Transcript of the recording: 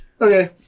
Okay